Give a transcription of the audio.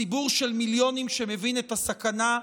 ציבור של מיליונים שמבין את הסכנה.